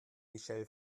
michelle